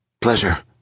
Pleasure